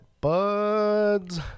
Buds